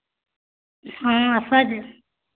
ହଁ